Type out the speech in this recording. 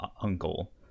uncle